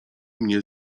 mnie